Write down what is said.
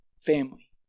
family